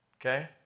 Okay